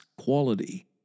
quality